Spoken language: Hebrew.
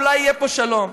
אולי יהיה פה שלום.